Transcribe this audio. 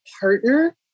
partner